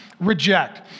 reject